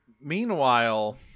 meanwhile